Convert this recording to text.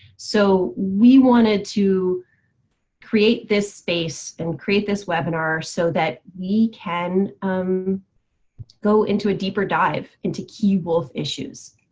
so we wanted to create this space and create this webinar so that we can go into a deeper dive into key both issues.